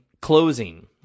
closing